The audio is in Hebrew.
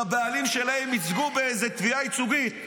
שהבעלים שלהן ייצגו באיזה תביעה ייצוגית.